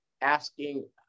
asking